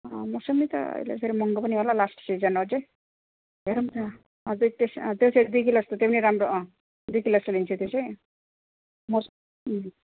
मौसमी त अहिले फेरि महँगो पनि होला लास्ट सिजन अझै हेरौँ न अझै त्यस त्यसरी दुई किलो जस्तो त्यही पनि राम्रो दुई किलो जस्तो लिन्छु त्यो चाहिँ मौस